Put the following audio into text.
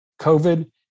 COVID